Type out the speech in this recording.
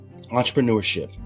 entrepreneurship